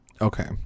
Okay